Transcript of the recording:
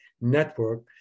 network